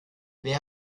wer